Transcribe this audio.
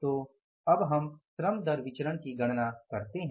तो अब हम श्रम दर विचरण की गणना करते हैं